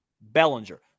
Bellinger